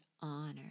honor